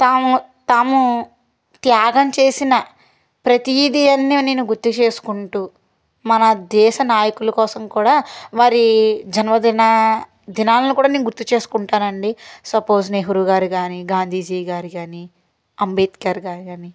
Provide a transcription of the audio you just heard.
తాము తాము త్యాగం చేసిన ప్రతిదీ నేను గుర్తు చేసుకుంటూ మన దేశ నాయకులు కోసం కూడా వారి జన్మదిన దినాలను కూడా నేను గుర్తు చేసుకుంటానండి సపోస్ నెహ్రు గారు కాని గాంధీజీ గారు కాని అంబేద్కర్ గారు కాని